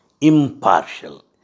impartial